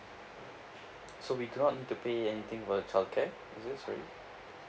so we do not need to pay anything for the childcare is it sorry